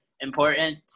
important